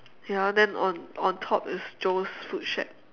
ya then on on top is Joe's food shack